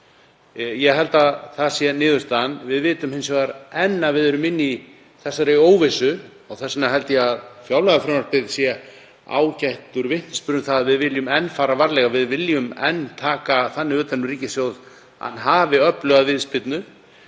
Ég held að það sé niðurstaðan. Við vitum hins vegar að við erum enn í þessari óvissu og þess vegna held ég að fjárlagafrumvarpið sé ágætur vitnisburður um að við viljum enn fara varlega. Við viljum enn taka þannig utan um ríkissjóð að hann hafi öfluga viðspyrnu,